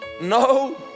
No